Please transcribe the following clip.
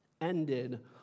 ended